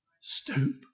Stoop